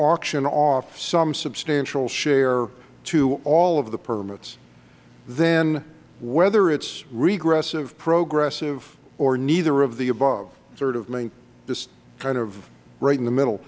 auction off some substantial share to all of the permits then whether it's regressive progressive or neither of the above sort of make this just kind of right in the middle